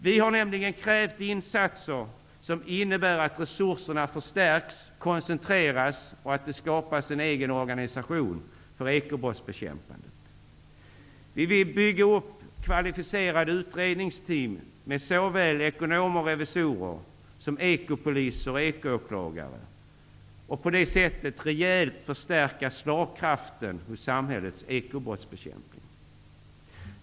Vi har nämligen krävt insatser som innebär att resurserna förstärks och koncentreras och att det skapas en egen organisation för ekobrottsbekämpandet. Vi vill bygga upp kvalificerade utredningsteam med såväl ekonomer och revisorer som ekopoliser och ekoåklagare för att på det sättet rejält förstärka slagkraften hos samhällets ekobrottsbekämpning.